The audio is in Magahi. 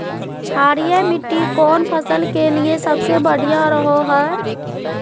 क्षारीय मिट्टी कौन फसल के लिए सबसे बढ़िया रहो हय?